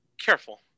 careful